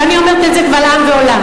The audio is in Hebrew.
ואני אומר את זה קבל עם ועולם.